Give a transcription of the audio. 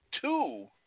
two